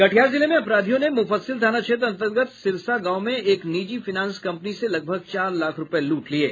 कटिहार जिले में अपराधियों ने मुफस्सिल थाना क्षेत्र अंतर्गत सिरसा गांव में एक निजी फाईनेंस कंपनी से लगभग चार लाख रूपये लूट लिये